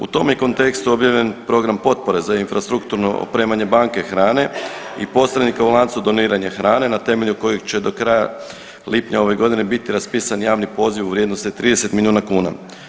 U tom je kontekstu objavljen program potpore za infrastrukturno opremanje banke hrane i posrednika u lancu doniranja hrane na temelju kojih će do kraja lipnja ove godine biti raspisan javni poziv u vrijednosti 30 milijuna kuna.